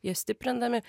jas stiprindami